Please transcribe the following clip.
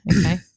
okay